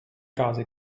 gase